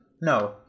no